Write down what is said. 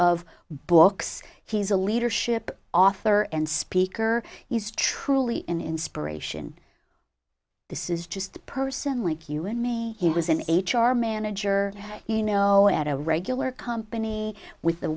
of books he's a leadership author and speaker is truly an inspiration this is just a person like you and me he was an h r manager you know at a regular company with the